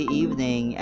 evening